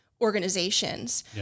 Organizations